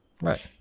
Right